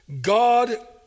God